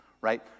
right